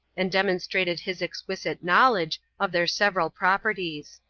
and demonstrated his exquisite knowledge of their several properties.